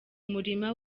murima